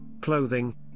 clothing